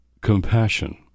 compassion